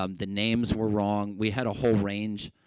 um the names were wrong. we had a whole range,